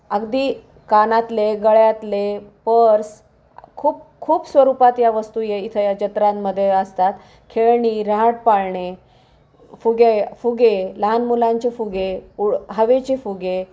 अगदी कानातले गळ्यातले पर्स खूप खूप स्वरूपात या वस्तू ये इथं या जत्रांमध्ये असतात खेळणी रहाटपाळणे फुगे फुगे लहान मुलांचे फुगे उळ हवेचे फुगे